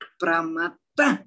pramata